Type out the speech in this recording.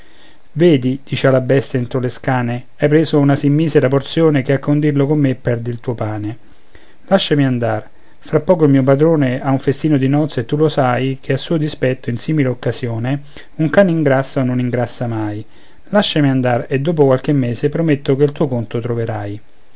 vedi dicea la bestia entro le scane hai preso una sì misera porzione che a condirlo con me perdi il tuo pane lasciami andar fra poco il mio padrone ha un festino di nozze e tu lo sai che a suo dispetto in simile occasione un cane ingrassa o non ingrassa mai lasciami andar e dopo qualche mese prometto che il tuo conto troverai